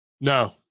No